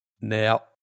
Now